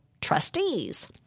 trustees